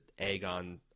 Aegon